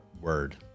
word